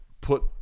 put